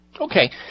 Okay